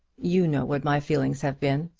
you know what my feelings have been,